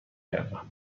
گردم